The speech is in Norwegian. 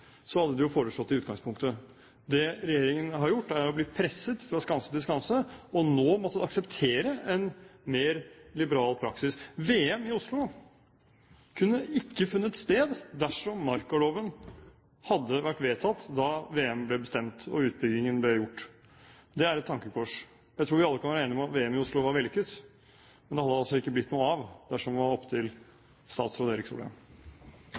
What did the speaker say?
hadde de jo foreslått det i utgangspunktet. Det regjeringen har gjort, etter å ha blitt presset fra skanse til skanse, er å ha måttet akseptere en mer liberal praksis. VM i Oslo kunne ikke funnet sted dersom markaloven hadde vært vedtatt da VM ble bestemt og utbyggingen ble gjort. Det er et tankekors. Jeg tror vi alle kan være enige om at VM i Oslo var vellykket, men det hadde det altså ikke blitt noe av dersom det var opp til statsråd Erik Solheim.